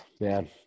man